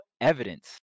evidence